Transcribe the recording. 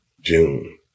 June